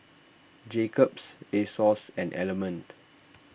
Jacob's Asos and Element